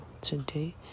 today